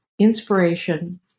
inspiration